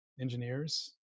engineers